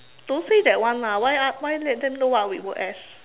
don't say that one lah why why let them know what we work as